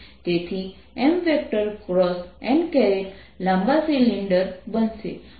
તે દર સેકન્ડમાં આસપાસ જાય છે આ દર સેકન્ડમાં ચાર્જ 2π જાય છે